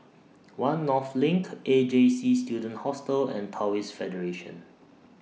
one North LINK A J C Student Hostel and Taoist Federation